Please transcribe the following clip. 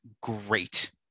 great